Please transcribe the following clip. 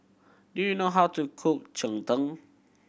do you know how to cook cheng tng